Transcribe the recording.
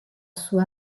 sua